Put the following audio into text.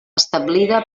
establida